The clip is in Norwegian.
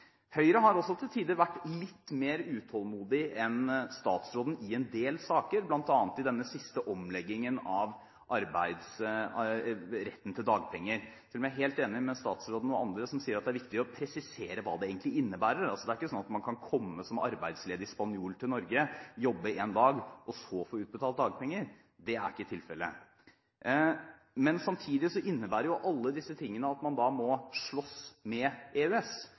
Høyre har også til tider vært litt mer utålmodig enn statsråden i en del saker, bl.a. i den siste omleggingen av retten til dagpenger, selv om jeg er helt enig med statsråden og andre som sier at det er viktig å presisere hva det egentlig innebærer. Det er ikke sånn at man kan komme som arbeidsledig spanjol til Norge, jobbe én dag og så få utbetalt dagpenger. Det er ikke tilfellet. Samtidig innebærer alle disse tingene at man må slåss med EØS – man er nødt til å fremme norske interesser og norske synspunkter i EØS.